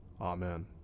Amen